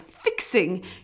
fixing